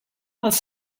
els